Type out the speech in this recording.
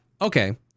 okay